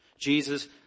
Jesus